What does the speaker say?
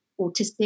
autistic